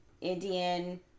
Indian